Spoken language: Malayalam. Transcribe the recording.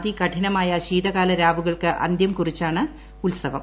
അതികഠിനമായ ശീതകാല രാവുകൾക്ക് അന്ത്യം കുറിച്ചാണ് ഉത്സവം